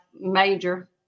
major